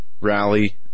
rally